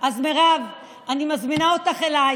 הרי אם הייתי מציע להם,